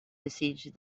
besieged